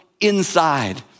inside